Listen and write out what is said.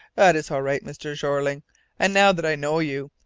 that is all right, mr. jeorling and now that i know you,